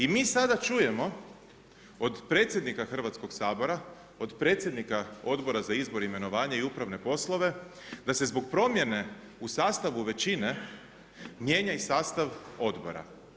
I mi sada čujemo od predsjednika Hrvatskog sabora, od predsjednika Odbora za izbor, imenovanje i uprave poslove da se zbog promjene u sastavu većine mijenja i sastav odbora.